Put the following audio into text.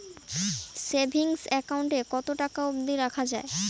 Savings account এ কতো টাকা অব্দি রাখা যায়?